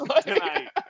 Tonight